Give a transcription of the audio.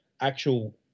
actual